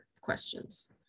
questions